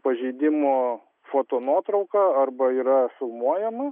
pažeidimo fotonuotrauka arba yra filmuojama